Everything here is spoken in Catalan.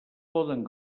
poden